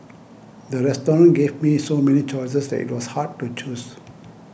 the restaurant gave me so many choices that it was hard to choose